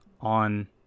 on